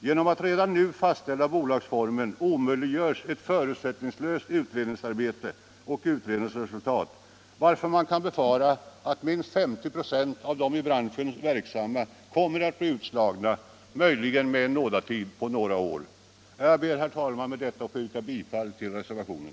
Genom att redan nu fastställa bolagsformen omöjliggörs emellertid ett förutsättningslöst utredningsresultat, varför man kan befara att minst 50 96 av de i branschen verksamma kommer att bli utslagna — möjligen med en nådatid på några år. Jag ber, herr talman, med dessa ord att få yrka bifall till reservationen.